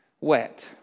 wet